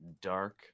dark